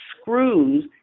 screws